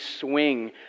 swing